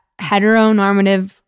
heteronormative